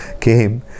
came